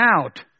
out